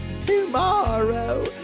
tomorrow